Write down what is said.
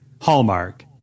hallmark